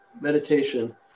meditation